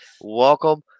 welcome